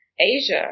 Asia